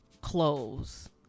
clothes